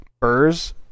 burrs